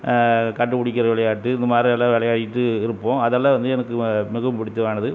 கண்டுபிடிக்கிற விளையாட்டு இந்த மாதிரியெல்லாம் விளையாடிகிட்டு இருப்போம் அதெல்லாம் வந்து எனக்கு மிகவும் பிடித்தமானது